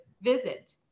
visit